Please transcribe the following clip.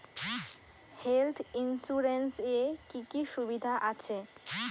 Health insurance এ কি কি সুবিধা আছে?